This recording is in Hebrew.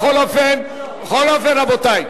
בכל אופן, רבותי,